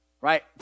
right